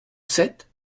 sept